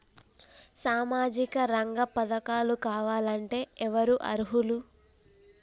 సామాజిక రంగ పథకాలు కావాలంటే ఎవరు అర్హులు?